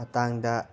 ꯃꯇꯥꯡꯗ